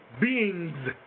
beings